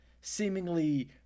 seemingly